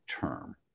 term